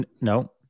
No